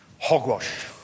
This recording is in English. Hogwash